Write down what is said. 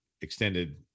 Extended